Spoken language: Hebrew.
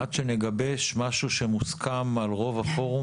עד שנגבש משהו שמוסכם על רוב הפורום